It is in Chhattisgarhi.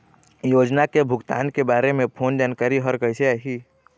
योजना के भुगतान के बारे मे फोन जानकारी हर कइसे आही?